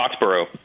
Foxborough